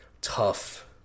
tough